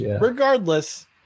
Regardless